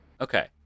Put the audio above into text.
Okay